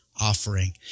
offering